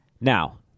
now